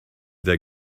their